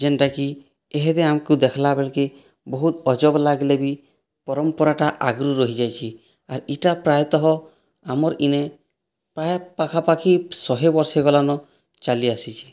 ଯେନ୍ଟାକି ଏହେଦେ ଆମକୁ ଦେଖ୍ଲା ବେଲ୍କେ ବହୁତ ଅଜବ ଲାଗିଲେ ବି ପରମ୍ପରାଟା ଆଗରୁ ରହିଯାଇଛି ଆର୍ ଇଟା ପ୍ରାୟତଃ ଆମର୍ ଇନେ ପାଏ ପାଖାପାଖି ଶହେ ବର୍ଷ ହୋଇଗଲାନ ଚାଲି ଆସିଛି